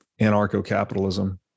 anarcho-capitalism